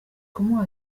kumuha